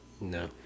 No